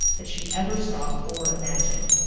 that she ever saw or imagined.